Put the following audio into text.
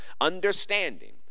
Understanding